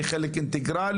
היא חלק אינטגרלי.